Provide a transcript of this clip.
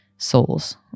souls